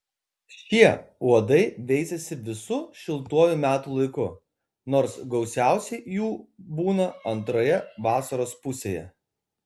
šie uodai veisiasi visu šiltuoju metų laiku nors gausiausiai jų būna antroje vasaros pusėje